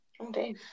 okay